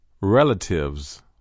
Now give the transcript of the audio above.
RELATIVES